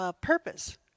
purpose